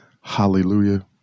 Hallelujah